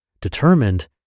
determined